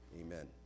Amen